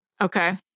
Okay